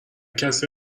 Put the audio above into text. کسی